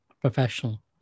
professional